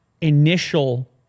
initial